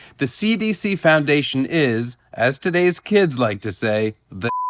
the cdc foundation is, as today's kids like to say, the